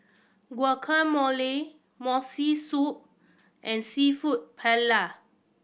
Gguacamole Miso Soup and Seafood Paella